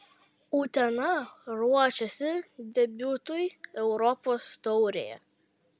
utena ruošiasi debiutui europos taurėje